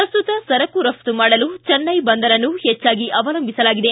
ಪ್ರಸ್ತುತ ಸರಕು ರಫ್ತು ಮಾಡಲು ಚೆನ್ನೈ ಬಂದರನ್ನು ಹೆಚ್ಚಾಗಿ ಅವಲಂಬಿಸಲಾಗಿದೆ